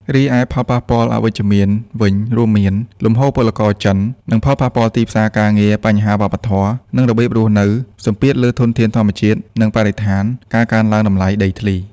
រីឯផលប៉ះពាល់អវិជ្ជមានវិញរួមមាន លំហូរពលករចិន និងផលប៉ះពាល់ទីផ្សារការងារ បញ្ហាវប្បធម៌ និងរបៀបរស់នៅ សម្ពាធលើធនធានធម្មជាតិ និងបរិស្ថាន ការកើនឡើងតម្លៃដីធ្លី។